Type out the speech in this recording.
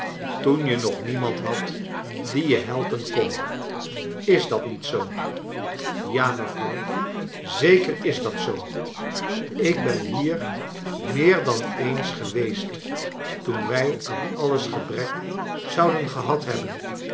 toen je nog niemand hadt die je helpen kon is dat niet zoo ja mevrouw zeker is dat zoo ik ben hier meer dan eens geweest toen wij aan alles gebrek zouden gehad hebben